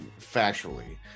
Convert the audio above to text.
factually